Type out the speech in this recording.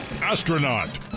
astronaut